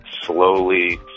slowly